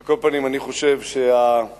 על כל פנים, אני חושב שההתעלמות